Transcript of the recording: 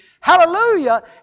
hallelujah